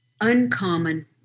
Uncommon